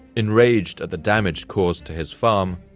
enraged at the damage caused to his farm,